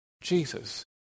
Jesus